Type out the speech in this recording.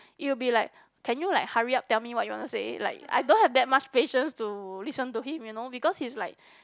it will be like can you like hurry up tell me what you want to say like I don't have that much patience to listen to him you know because he's like